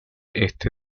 este